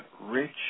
rich